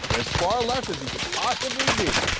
as far left as you could possibly be